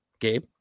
Gabe